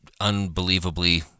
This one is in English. unbelievably